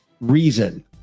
reason